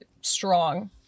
strong